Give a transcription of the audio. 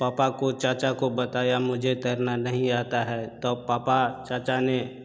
पापा को चाचा को बताया मुझे तैरना नहीं आता है तो पापा चाचा ने